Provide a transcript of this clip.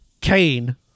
kane